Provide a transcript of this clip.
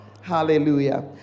Hallelujah